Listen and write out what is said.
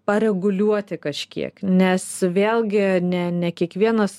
pareguliuoti kažkiek nes vėlgi ne ne kiekvienas